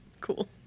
cool